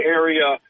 area